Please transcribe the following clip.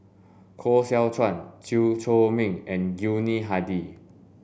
Koh Seow Chuan Chew Chor Meng and Yuni Hadi